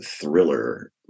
thriller